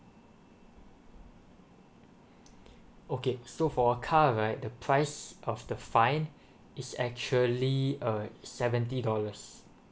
okay so for a car right the price of the fine is actually uh seventy dollars